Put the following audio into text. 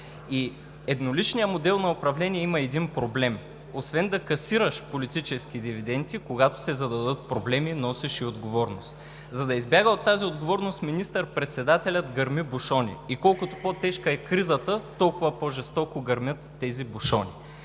и едноличният модел на управление има един проблем: освен да касираш политически дивиденти, когато се зададат проблеми, носиш и отговорност. За да избяга от тази отговорност, министър-председателят гърми бушони. И колкото по-тежка е кризата, толкова по-жестоко гърмят тези бушони.